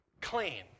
clean